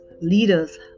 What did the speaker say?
leaders